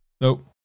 Nope